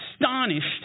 astonished